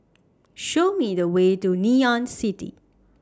Show Me The Way to Ngee Ann City